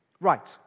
Right